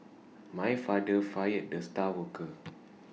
my father fired the star worker